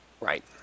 Right